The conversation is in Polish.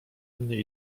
mnie